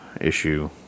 issue